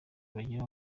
kugira